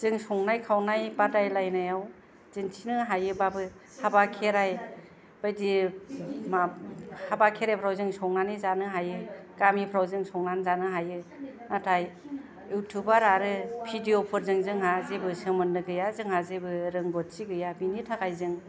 जों संनाय खावनाय बादायलायनायाव दिन्थिनो हायोबाबो हाबा खेरायफ्राव जों संनानै जानो हायो गामिफ्राव जों संनानै जानो हायो नाथाय इउतिउबार आरो भिडिअफोरजों जोंहा जेबो सोमोन्दो गैया जोंहा जेबो रोंगौथि गैया बिनि थाखाय जों